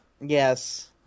Yes